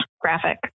graphic